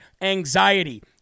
anxiety